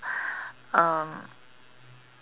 um